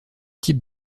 types